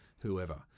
whoever